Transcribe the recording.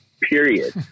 period